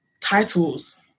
titles